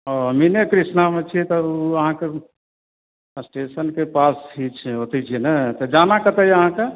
ओ मीने कृष्णामे छिए तऽ अहाँके स्टेशनके पास छी ओतहि छी नहि तऽ जाना कतऽ अइ अहाँके